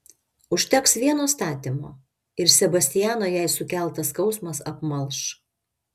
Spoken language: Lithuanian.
užteks vieno statymo ir sebastiano jai sukeltas skausmas apmalš